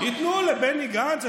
ייתנו לבני גנץ.